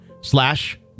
slash